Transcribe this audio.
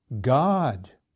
God